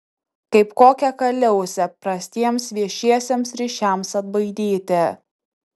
kaip kokią kaliausę prastiems viešiesiems ryšiams atbaidyti